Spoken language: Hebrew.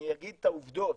אני אגיד את העובדות,